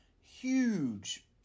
huge